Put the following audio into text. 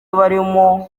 barimo